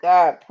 God